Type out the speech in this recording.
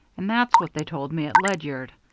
and that's what they told me at ledyard.